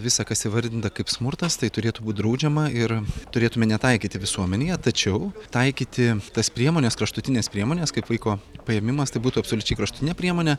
visa kas įvardinta kaip smurtas tai turėtų būt draudžiama ir turėtume netaikyti visuomenėje tačiau taikyti tas priemones kraštutines priemones kaip vaiko paėmimas tai būtų absoliučiai kraštutinė priemonė